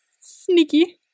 Sneaky